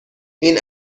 این